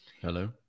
Hello